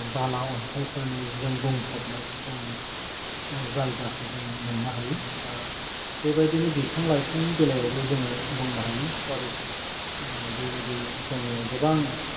बाला अन्थाइफोरनि जों बुंफबनाय जोंनि जायगाखौ जोङो मोन्नो हायो दा बेबायदिनो बिफां लाइफांनि बेलायावबो जोङो बुंनो हायो फरेस्ट बेबायदि जोंनिआव गोबां